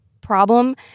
problem